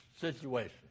situation